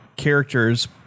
characters